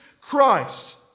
christ